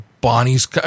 Bonnie's